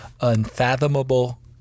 Unfathomable